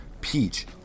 peach